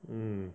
mm